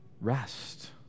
rest